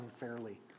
unfairly